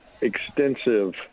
extensive